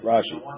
Rashi